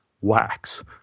wax